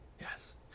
Yes